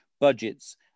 budgets